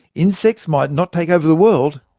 insects might not take over the world,